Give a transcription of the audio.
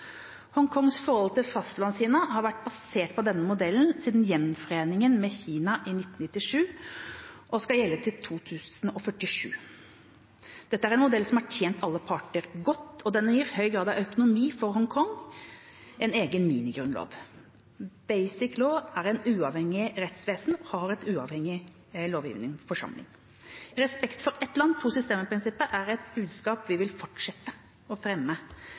Hongkongs forhold til Fastlands-Kina har vært basert på denne modellen siden gjenforeningen med Kina i 1997, og det skal gjelde til 2047. Dette er en modell som har tjent alle parter godt. Den gir høy grad av autonomi for Hongkong, en egen minigrunnlov. Basic Law er et uavhengig rettsvesen og har en uavhengig lovgivende forsamling. Respekt for prinsippet ett land, to systemer er et budskap vi vil fortsette å fremme.